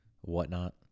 whatnot